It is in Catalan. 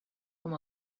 com